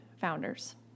founders